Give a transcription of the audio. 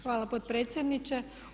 Hvala potpredsjedniče.